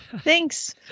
Thanks